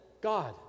God